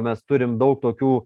mes turim daug tokių